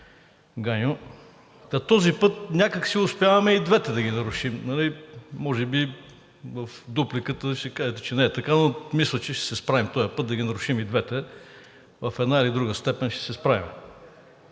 този път някак си успяваме и двете да ги нарушим. Може би в дупликата си ще кажете, че не е така, но мисля, че ще се справим този път да ги нарушим и двете, в една или в друга степен, ще се справим.